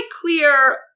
clear